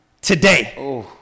today